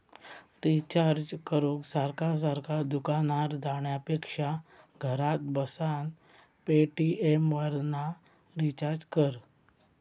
recharge करूक सारखा सारखा दुकानार जाण्यापेक्षा घरात बसान पेटीएमवरना रिचार्ज कर